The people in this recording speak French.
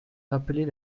rappeler